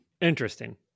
interesting